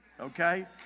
Okay